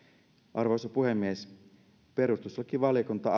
arvoisa puhemies perustuslakivaliokunta